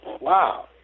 Wow